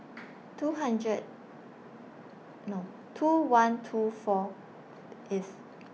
two hundred No two one two four If